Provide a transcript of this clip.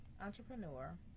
entrepreneur